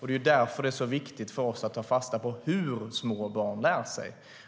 Det är därför det är så viktigt för oss att ta fasta på hur små barn lär sig.